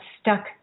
stuck